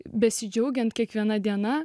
besidžiaugiant kiekviena diena